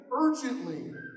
urgently